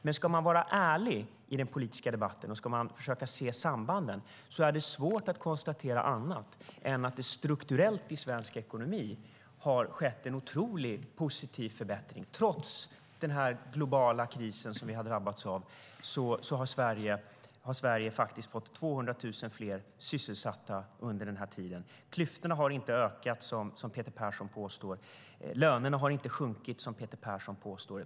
Men ska man vara ärlig i den politiska debatten och försöka se sambanden är det svårt att konstatera annat än att det strukturellt i svensk ekonomi har skett en otroligt positiv förbättring. Trots den globala kris som vi har drabbats av har Sverige faktiskt fått 200 000 fler sysselsatta. Klyftorna har inte ökat, som Peter Persson påstår. Lönerna har inte sjunkit, som Peter Persson påstår.